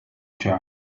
jug